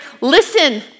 listen